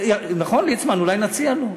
נכון, ליצמן, אולי נציע לו?